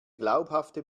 glaubhafte